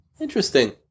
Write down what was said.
Interesting